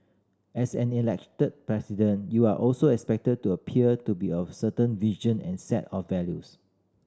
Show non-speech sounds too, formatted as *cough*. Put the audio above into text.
as an Elected President you are also expected to appeal to be of certain *unintelligible* and set of values